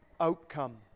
outcome